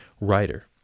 writer